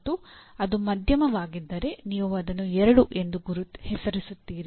ಮತ್ತು ಅದು ಮಧ್ಯಮವಾಗಿದ್ದರೆ ನೀವು ಅದನ್ನು 2 ಎಂದು ಹೆಸರಿಸುತ್ತೀರಿ